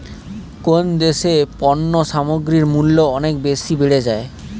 কোন দেশে পণ্য সামগ্রীর মূল্য অনেক বেশি বেড়ে যায়?